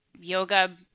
yoga